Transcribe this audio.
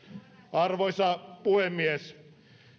arvoisa puhemies